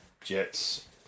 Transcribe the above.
Jets